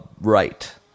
right